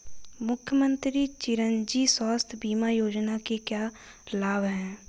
मुख्यमंत्री चिरंजी स्वास्थ्य बीमा योजना के क्या लाभ हैं?